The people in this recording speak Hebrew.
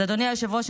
אז אדוני היושב-ראש,